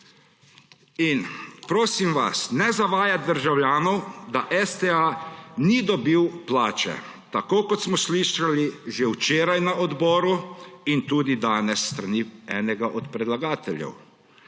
In prosim vas, ne zavajati državljanov, da STA ni dobil plače, tako kot smo slišali že včeraj na odboru in tudi danes s strani enega od predlagateljev.